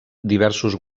diversos